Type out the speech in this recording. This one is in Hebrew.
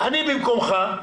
אני במקומך,